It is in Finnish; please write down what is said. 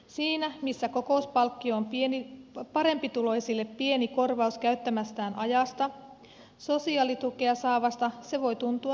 siinä missä kokouspalkkio on parempituloisille pieni korvaus käyttämästään ajasta sosiaalitukea saavasta se voi tuntua rangaistukselta